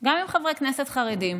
עם חברי כנסת חרדים,